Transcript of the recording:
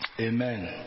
Amen